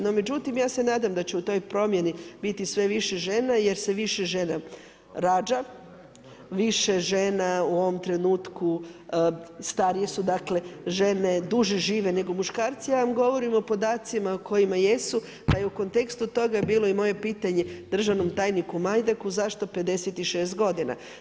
No, međutim, ja se nadam da će u toj promjeni biti sve više žena jer se više žena rađa, više žena u ovom trenutku, starije su dakle, žene duže žive nego muškarci, ja vam govorim o podacima kojima jesu, pa je u kontekstu toga bilo i moje pitanje državnom tajniku Majdaku zašto 56 godina.